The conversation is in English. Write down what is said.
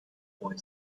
boy